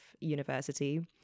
university